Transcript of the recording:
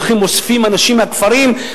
הולכים ואוספים אנשים מהכפרים,